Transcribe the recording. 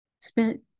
spent